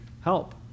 help